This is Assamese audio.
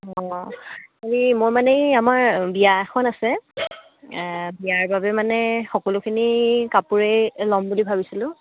অঁ হেৰি মই মানে এই আমাৰ বিয়া এখন আছে বিয়াৰ বাবে মানে সকলোখিনি কাপোৰেই ল'ম বুলি ভাবিছিলোঁ